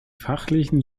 fachlichen